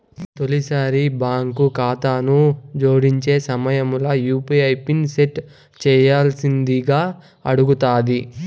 తొలిసారి బాంకు కాతాను జోడించే సమయంల యూ.పీ.ఐ పిన్ సెట్ చేయ్యాల్సిందింగా అడగతాది